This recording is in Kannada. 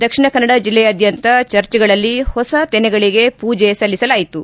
ದಕ್ಷಿಣ ಕನ್ನಡ ಜಲ್ಲೆಯಾದ್ದಂತ ಚರ್ಚ್ಗಳಲ್ಲಿ ಹೊಸ ತೆನೆಗಳಿಗೆ ಪೂಜೆ ಸಲ್ಲಿಸಲಾಯಿತು